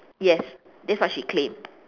yes that's what she claimed